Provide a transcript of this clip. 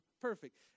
perfect